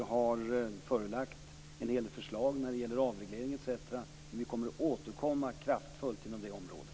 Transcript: Vi har förelagt en hel del förslag när det gäller avreglering etc. Men vi kommer att återkomma kraftfullt inom det området.